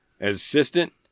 assistant